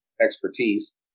expertise